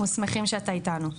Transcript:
אנחנו שמחים שאתה איתנו.